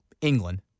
England